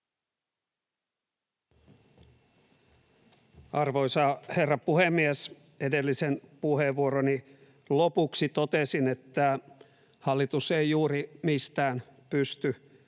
Arvoisa herra puhemies! Edellisen puheenvuoroni lopuksi totesin, että hallitus ei pysty